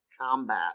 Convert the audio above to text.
Combat